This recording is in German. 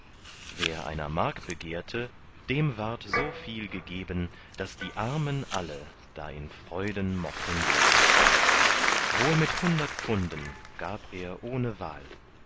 wer einer mark begehrte dem ward so viel gegeben daß die armen alle da in freuden mochten leben wohl mit hundert pfunden gab er ohne wahl